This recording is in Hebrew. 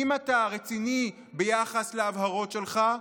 אם אתה רציני ביחס להבהרות שלך,